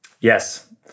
Yes